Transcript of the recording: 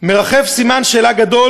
סימן שאלה גדול